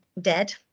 dead